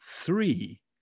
three